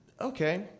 okay